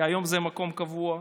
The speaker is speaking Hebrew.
כי היום זה מקום קבוע.